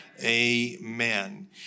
Amen